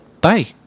bye